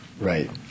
Right